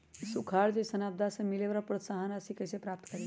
सुखार जैसन आपदा से मिले वाला प्रोत्साहन राशि कईसे प्राप्त करी?